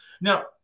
Now